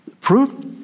Proof